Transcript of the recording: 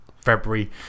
February